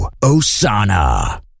Osana